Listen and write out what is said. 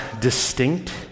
distinct